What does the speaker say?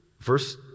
Verse